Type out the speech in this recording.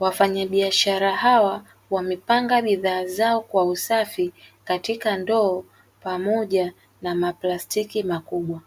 wafanyabiashara hawa wamepanga bidhaa zao kwa usafi katika ndoo pamoja na maplastiki makubwa.